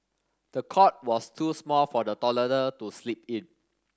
the cot was too small for the toddler to sleep in